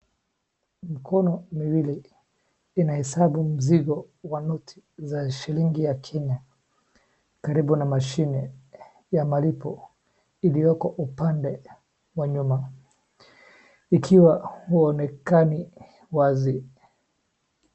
Mkono miwili inahesabu mzigo wa noti za shilingi ya Kenya, karibu na mashine ya malipo iliyoko upande wa nyuma. Ikiwa uonekani wazi.